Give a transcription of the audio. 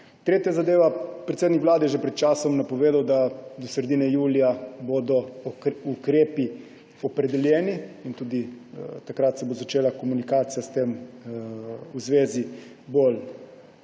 Tretja zadeva. Predsednik Vlade je že pred časom napovedal, da bodo do sredine julija ukrepi opredeljeni, in takrat se bo začela komunikacija s tem v zvezi bolj